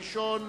ראשון